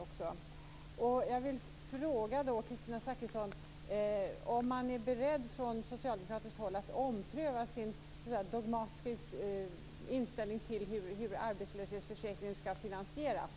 Kristina Zakrisson, är man från socialdemokratiskt håll beredd att ompröva sin dogmatiska inställning till hur arbetslöshetsförsäkringen skall finansieras?